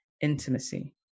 intimacy